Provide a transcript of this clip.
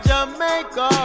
Jamaica